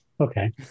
okay